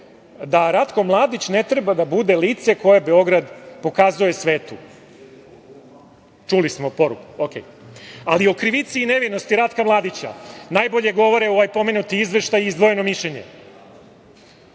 – Ratko Mladić ne treba da bude lice koje Beograd pokazuje svetu. Čuli smo poruku. Dobro. Ali, o krivici i nevinosti Ratka Mladića najbolje govore ovaj pomenuti izveštaj i izdvojeno mišljenje. Podsetiću.